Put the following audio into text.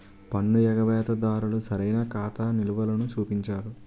పన్ను ఎగవేత దారులు సరైన ఖాతా నిలవలని చూపించరు